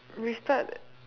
we start